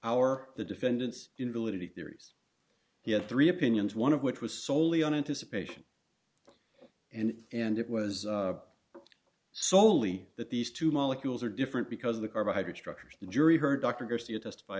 our the defendant's inability theories he had three opinions one of which was soley on anticipation and and it was soley that these two molecules are different because of the carbohydrate structures the jury heard dr garcia testify